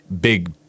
big